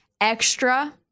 Extra